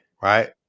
Right